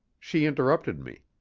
she interrupted me.